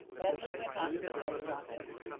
then we went on to the post-office.